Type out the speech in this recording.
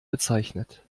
bezeichnet